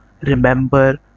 remember